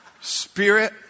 Spirit